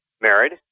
Married